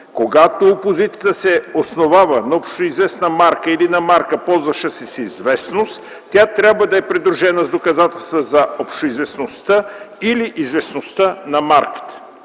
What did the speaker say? Когато опозицията се основава на общоизвестна марка или на марка, ползваща се с известност, тя трябва да е придружена с доказателства за общоизвестността или известността на марката.